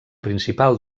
principal